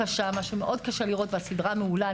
שמה ומאוד קשה לראות והסדרה מעולה,